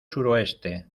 suroeste